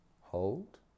Hold